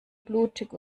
blutig